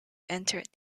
entered